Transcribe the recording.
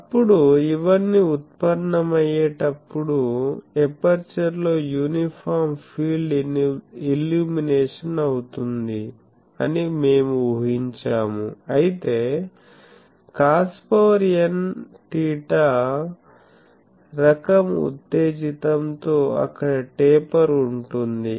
ఇప్పుడు ఇవన్నీ ఉత్పన్నమయ్యేటప్పుడు ఎపర్చరులో యూనిఫాం ఫీల్డ్ ఇల్యూమినేషన్ అవుతుంది అని మేము ఊహించాము అయితే cosnθ రకం ఉత్తేజితంతో అక్కడ టేపర్ ఉంటుంది